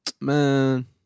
Man